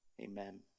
amen